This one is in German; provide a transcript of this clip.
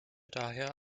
daher